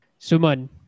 Suman